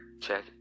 Check